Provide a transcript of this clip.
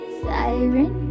siren